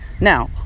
Now